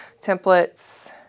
templates